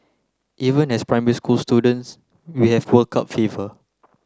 even as primary school students we have World Cup fever